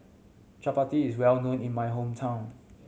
chappati is well known in my hometown